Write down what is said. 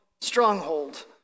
stronghold